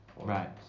right